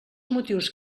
motius